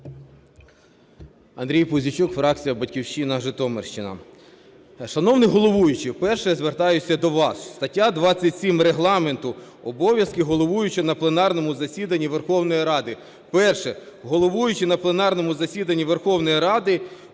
Андрій Пузійчук, фракція "Батьківщина", Житомирщина. Шановний головуючий, перше, я звертаюся до вас. Стаття 27 Регламенту "Обов'язки головуючого на пленарному засіданні Верховної Ради": "1. Головуючий на пленарному засіданні Верховної Ради: